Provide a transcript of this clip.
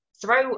Throw